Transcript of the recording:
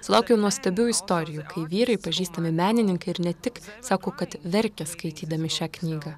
sulaukiau nuostabių istorijų kai vyrai pažįstami menininkai ir ne tik sako kad verkia skaitydami šią knygą